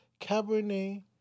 Cabernet